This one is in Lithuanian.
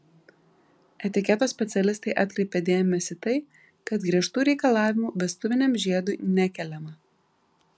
etiketo specialistai atkreipia dėmesį tai kad griežtų reikalavimų vestuviniam žiedui nekeliama